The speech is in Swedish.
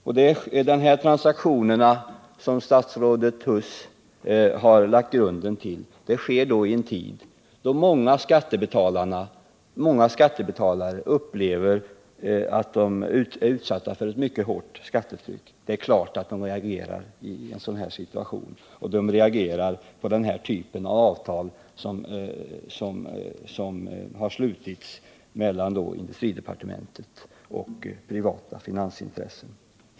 Och de här transaktionerna, som statsrådet Huss har lagt grunden till, sker i en tid då många skattebetalare upplever att de är utsatta för ett mycket hårt skattetryck. Det är klart att de reagerar i en sådan situation, och de reagerar mot den typ av avtal som har slutits mellan industridepartementet och privata finansintressen.